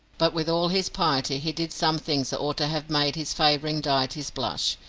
but with all his piety he did some things that ought to have made his favouring deities blush,